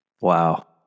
Wow